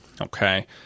okay